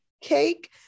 cake